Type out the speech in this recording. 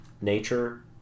nature